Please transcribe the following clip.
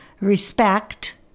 respect